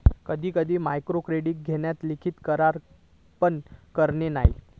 कधी कधी मायक्रोक्रेडीट घेताना लिखित करार पण करना नाय